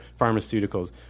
pharmaceuticals